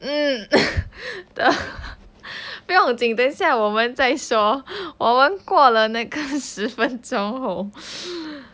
mm 不用紧等一下我们再说我们过了那十分钟后